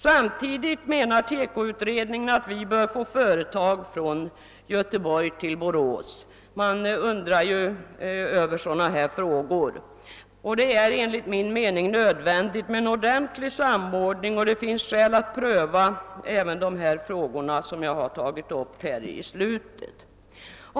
Samtidigt menar TEKO-utredningen att vi bör få företag från Göteborg till Borås! Herr talman! Det är enligt min mening nödvändigt med en ordentlig samordning, och det finns skäl att pröva även de frågor som jag nu senast tagit upp.